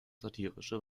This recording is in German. satirische